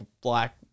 black